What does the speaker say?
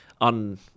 on